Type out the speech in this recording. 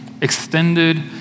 extended